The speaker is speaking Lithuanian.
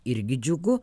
irgi džiugu